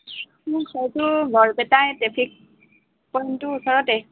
মোৰ ঘৰটো বৰপেটা এই ট্ৰেফিক পইণ্টটোৰ ওচৰতে